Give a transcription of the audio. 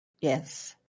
Yes